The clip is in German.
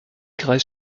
kreis